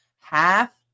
half